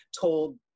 told